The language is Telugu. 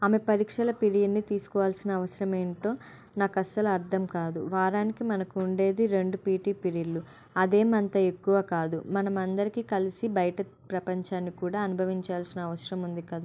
ఆమె పరీక్షల పీరియడ్ని తీసుకోవాల్సిన అవసరం ఏంటో నాకు అస్సలు అర్థం కాదు వారానికి మనకు ఉండేది రెండు పీటీ పిరియడ్లు అదేం అంత ఎక్కువ కాదు మనం అందరికీ కలిసి బయట ప్రపంచాన్ని కూడా అనుభవించాల్సిన అవసరం ఉంది కదా